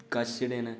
कश जेह्ड़े न